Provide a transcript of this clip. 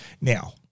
Now